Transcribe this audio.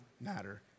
matter